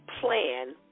plan